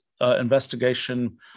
investigation